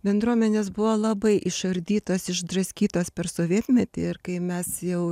bendruomenės buvo labai išardytos išdraskytos per sovietmetį ir kai mes jau